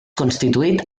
constituït